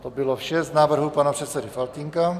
To bylo vše z návrhů pana předsedy Faltýnka.